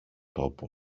τόπο